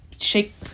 shake